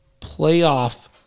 playoff